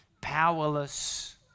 powerless